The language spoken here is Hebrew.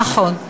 נכון.